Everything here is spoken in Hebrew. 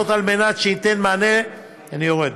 אני יורד.